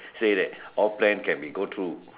say that all plan can be go through